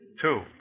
Two